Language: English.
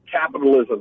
capitalism